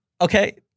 Okay